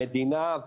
המדינה,